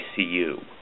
ICU